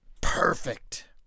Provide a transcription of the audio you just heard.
perfect